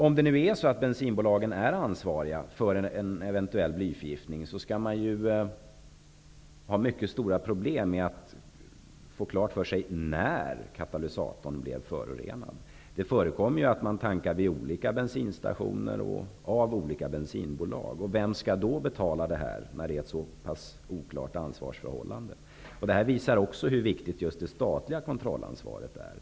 Om bensinbolagen är ansvariga för en eventuell blyförgiftning, blir det mycket stora problem med att få klart för sig när en katalysator blivit förorenad. Man kan ju tanka vid olika bensinstationer, och det kan vara fråga om olika bensinbolag. Vem skall betala det här när ansvarsförhållandet är så pass oklart? Detta visar också hur viktigt just det statliga kontrollansvaret är.